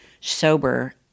sober